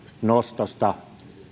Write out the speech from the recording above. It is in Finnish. nostosta